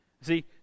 See